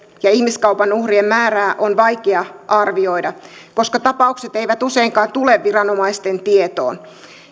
ja ihmiskaupan uhrien määrää on vaikea arvioida koska tapaukset eivät useinkaan tule viranomaisten tietoon